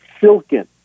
Silken